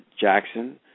Jackson